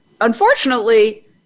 unfortunately